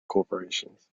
corporations